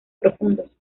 profundos